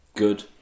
Good